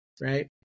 right